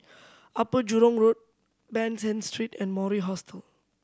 Upper Jurong Road Ban San Street and Mori Hostel